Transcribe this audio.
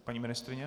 Paní ministryně?